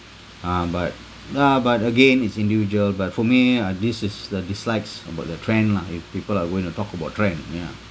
uh but uh but again it's individual but for me uh this is the dislikes about the trend lah if people are going to talk about trend ya